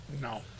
No